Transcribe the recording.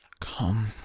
Come